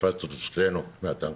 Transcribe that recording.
קפצנו שנינו מן הטנק.